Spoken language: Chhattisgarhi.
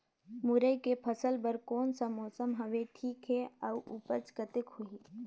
मुरई के फसल बर कोन सा मौसम हवे ठीक हे अउर ऊपज कतेक होही?